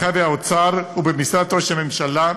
הרווחה והאוצר, ובמשרד ראש הממשלה,